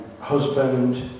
husband